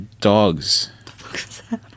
dogs